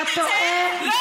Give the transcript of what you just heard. אתה טועה,